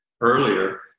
earlier